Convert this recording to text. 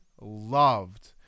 loved